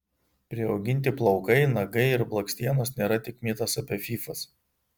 priauginti plaukai nagai ir blakstienos nėra tik mitas apie fyfas